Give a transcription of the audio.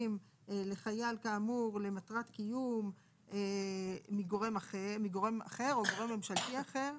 לחייל כאמור למטרת קיום מגורם אחר או גורם ממשלתי אחר.